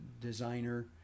designer